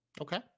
Okay